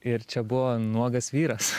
ir čia buvo nuogas vyras